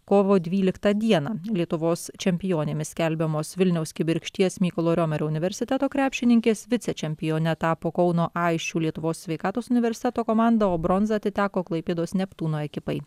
kovo dvyliktą dieną lietuvos čempionėmis skelbiamos vilniaus kibirkšties mykolo riomerio universiteto krepšininkės vicečempione tapo kauno aisčių lietuvos sveikatos universiteto komanda o bronza atiteko klaipėdos neptūno ekipai